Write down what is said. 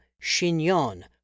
Chignon